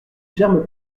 germent